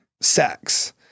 sex